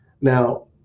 Now